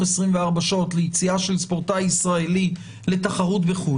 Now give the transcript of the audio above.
24 שעות ליציאה של ספורטאי ישראלי לתחרות בחוץ